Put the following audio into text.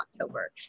October